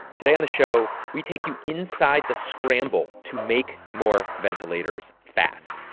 today on the show, we take you inside the scramble to make more ventilators fast.